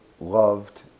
loved